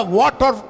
water